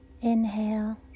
Inhale